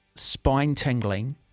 spine-tingling